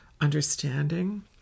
understanding